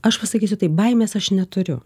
aš pasakysiu taip baimės aš neturiu